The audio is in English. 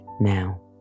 now